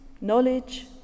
knowledge